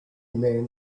man